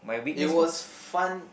it was fun